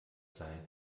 sein